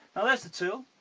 and there's the tool,